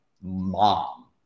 mom